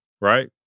right